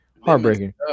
Heartbreaking